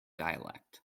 dialect